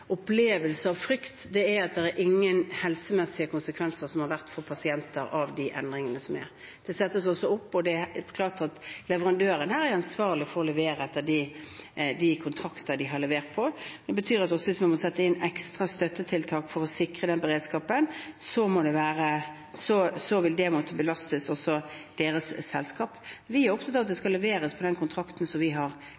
opplevelse av frykt, er at det ikke har vært helsemessige konsekvenser for pasienter av de endringene som er gjort. Det er klart at leverandøren her er ansvarlig for å levere etter de kontraktene de har. Det betyr også at hvis man må sette inn ekstra støttetiltak for å sikre beredskapen, vil det måtte belastes deres selskap. Vi er opptatt av at det